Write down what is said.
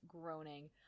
groaning